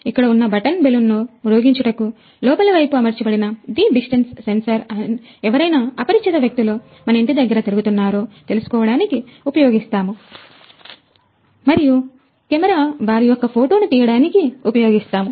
ఇక్కడ ఉన్న button balloon ను మ్రోగించు టకు లోపలివైపు అమర్చబడిన ది డిస్టెన్స్ సెన్సార్ ఎవరైనా అపరిచిత వ్యక్తులు మన ఇంటి దగ్గర తిరుగుతున్నారో తెలుసుకోవడానికి ఉపయోగిస్తాము మరియు కెమెరా వారి యొక్క ఫోటోను తీయడానికి ఉపయోగిస్తాము